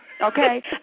okay